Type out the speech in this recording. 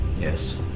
Yes